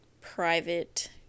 private